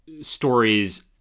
stories